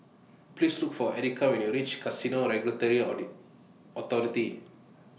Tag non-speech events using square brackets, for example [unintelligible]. Please Look For Erika when YOU REACH Casino Regulatory [unintelligible] Authority [noise]